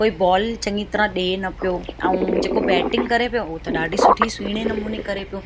कोई बॉल चङी तरह ॾिए न पियो ऐं जेको बैटिंग करे पियो उहो त ॾाढी सुठी सुहिणे नमूने करे पियो